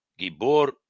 Gibor